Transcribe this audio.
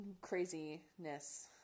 craziness